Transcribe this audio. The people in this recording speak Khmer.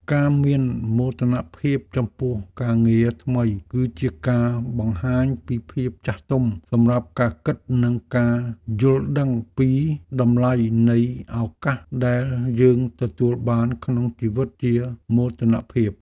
ការមានមោទនភាពចំពោះការងារថ្មីគឺជាការបង្ហាញពីភាពចាស់ទុំសម្រាប់ការគិតនិងការយល់ដឹងពីតម្លៃនៃឱកាសដែលយើងទទួលបានក្នុងជីវិតជាមោទនភាព។